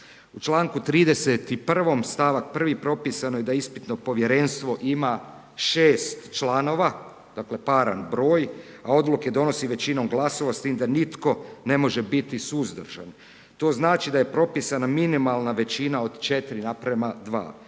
U čl. 31., st. 1. propisano je da ispitno povjerenstvo ima 6 članova, dakle paran broj, a odluke donosi većinom glasova s tim da nitko ne može biti suzdržan. To znači da je propisana minimalna većina od 4:2. Osim što